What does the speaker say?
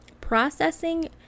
Processing